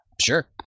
Sure